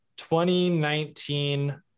2019